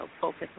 focus